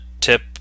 tip